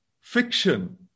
fiction